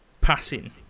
passing